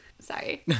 Sorry